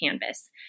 canvas